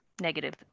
negative